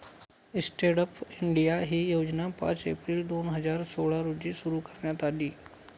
stand up India ही योजना पाच एप्रिल दोन हजार सोळा रोजी सुरु करण्यात आली